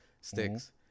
Sticks